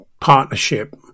partnership